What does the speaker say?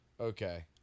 Okay